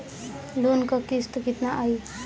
Loan क किस्त कितना आई?